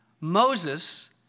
Moses